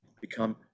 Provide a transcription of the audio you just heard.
become